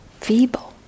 feeble